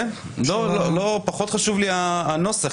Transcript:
פחות חשוב לי הנוסח.